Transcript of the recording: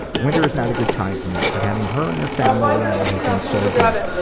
winter is not a good time for me but having her and her family around has been so great.